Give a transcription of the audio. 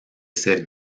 ser